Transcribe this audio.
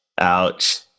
Ouch